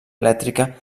elèctrica